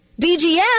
BGF